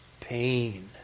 pain